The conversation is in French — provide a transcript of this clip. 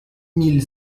mille